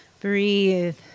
Breathe